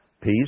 peace